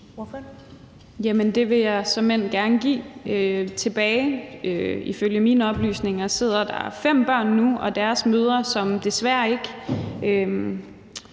Villadsen (EL): Det vil jeg såmænd gerne give. Ifølge mine oplysninger sidder der nu fem børn og deres mødre, som desværre ikke